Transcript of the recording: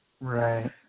Right